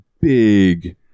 big